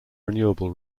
renewable